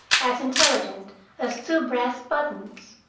as intelligent as two brass buttons.